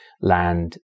land